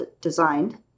designed